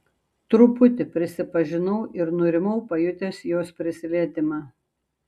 truputį prisipažinau ir nurimau pajutęs jos prisilietimą